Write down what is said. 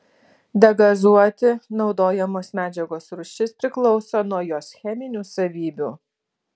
degazuoti naudojamos medžiagos rūšis priklauso nuo jos cheminių savybių